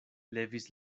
levis